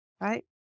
right